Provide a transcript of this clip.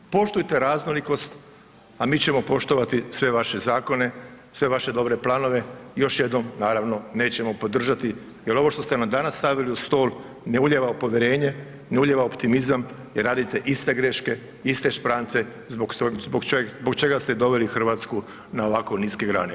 Poštujte raznolikost a mi ćemo poštovati sve vaše zakone, sve vaše dobre planove, još jednom, naravno, nećemo podržati jer ovo što ste nam danas stavili u stol, ne ulijeva povjerenje, ne ulijeva optimizam i radite iste greške, iste šprance zbog čega ste i doveli Hrvatsku na ovako niske grane.